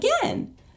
again